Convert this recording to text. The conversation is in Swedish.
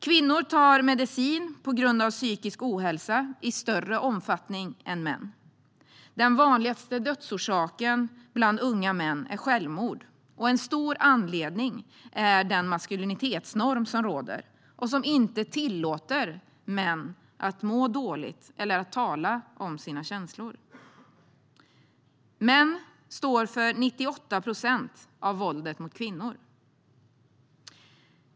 Kvinnor tar medicin på grund av psykisk ohälsa i större omfattning än män. Den vanligaste dödsorsaken bland unga män är självmord. En stor anledning till det är den maskulinitetsnorm som råder och som inte tillåter män att må dåligt eller att tala om sina känslor. Det här är den yttersta konsekvensen av ojämställdhet. Män står för 98 procent av våldet mot kvinnor.